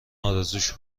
ارزوش